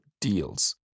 deals